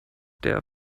der